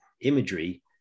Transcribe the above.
imagery